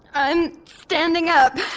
i'm standing up.